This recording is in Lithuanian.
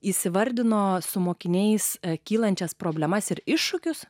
jis įvardino su mokiniais kylančias problemas ir iššūkius